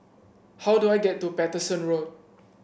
how do I get to Paterson Road